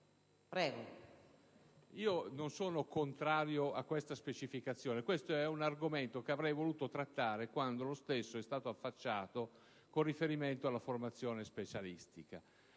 Non sono contrario a questa specificazione. Si tratta di un argomento che avrei voluto trattare quando è stato affacciato con riferimento alla formazione specialistica.